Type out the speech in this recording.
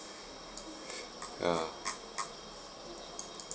ah